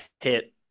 hit